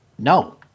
No